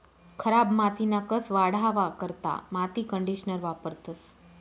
खराब मातीना कस वाढावा करता माती कंडीशनर वापरतंस